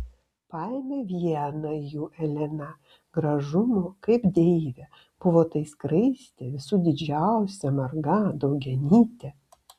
paėmė vieną jų elena gražumo kaip deivė buvo tai skraistė visų didžiausia marga daugianytė